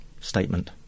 statement